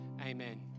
Amen